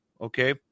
Okay